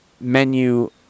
menu